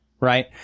right